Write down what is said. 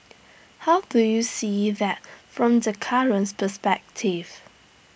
how do you see that from the currents perspective